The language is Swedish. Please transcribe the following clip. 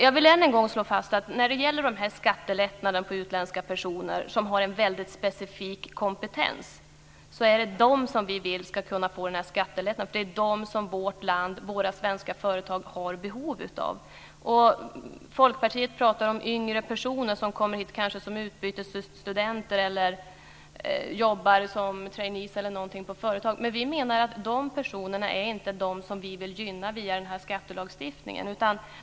Jag vill än en gång slå fast att det är de utländska personer med specifik kompetens som ska få skattelättnaden. Det är de som vårt land och våra svenska företag har behov av. Folkpartiet pratar om yngre personer som kommer hit som t.ex. utbytesstudenter eller som jobbar som trainees på företag. Vi menar att de personerna inte är de som vi vill gynna via den här skattelagstiftningen.